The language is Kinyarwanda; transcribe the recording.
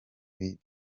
bintu